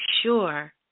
sure